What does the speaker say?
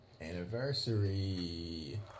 anniversary